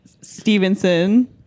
Stevenson